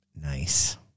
Nice